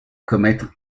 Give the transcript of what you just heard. commettre